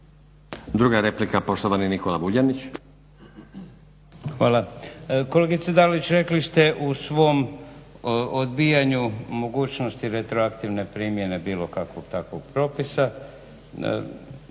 laburisti - Stranka rada)** Hvala. Kolegice Dalić, rekli ste u svom odbijanju mogućnosti retroaktivne primjene bilo kakvog takvog propisa.